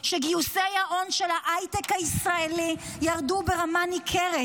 שגיוסי ההון של ההייטק הישראלי ירדו ברמה ניכרת.